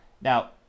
Now